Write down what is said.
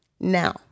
Now